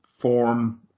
form